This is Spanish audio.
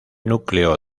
núcleo